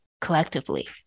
collectively